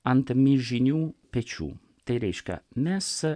ant milžinių pečių tai reiškia mes